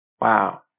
wow